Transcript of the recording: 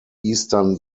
eastern